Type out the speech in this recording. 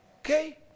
Okay